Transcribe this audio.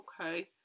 okay